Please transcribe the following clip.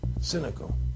Cynical